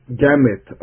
gamut